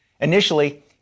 Initially